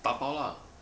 打包 ah